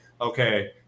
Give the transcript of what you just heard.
okay